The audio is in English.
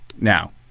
now